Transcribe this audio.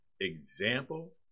example